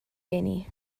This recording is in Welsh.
eni